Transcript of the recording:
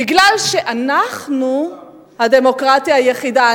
מפני שאנחנו הדמוקרטיה היחידה.